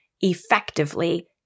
Effectively